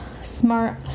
smart